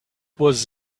was